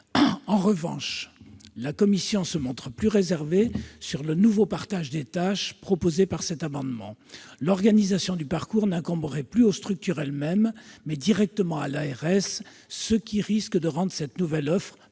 En revanche, la commission se montre plus réservée sur le nouveau partage des tâches proposé dans cet amendement. L'organisation du parcours n'incomberait plus aux structures elles-mêmes, mais directement à l'ARS, ce qui risque de rendre cette nouvelle offre particulièrement